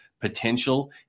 potential